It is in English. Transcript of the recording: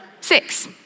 Six